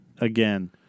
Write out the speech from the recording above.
again